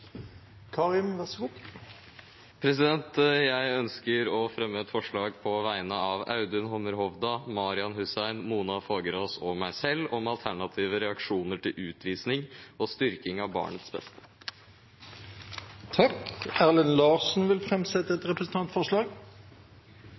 Jeg ønsker å framsette et forslag på vegne av Audun Hammer Hovda, Marian Hussein, Mona Fagerås og meg selv om alternative reaksjoner til utvisning og styrking av barnets beste. Representanten Erlend Larsen vil framsette et